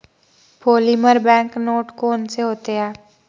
polymer bank note कौन से होते हैं